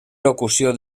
locució